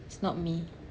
it's not me